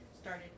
started